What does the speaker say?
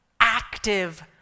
active